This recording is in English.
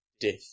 death